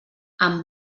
amb